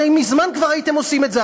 הרי מזמן כבר הייתם עושים את זה,